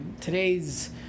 today's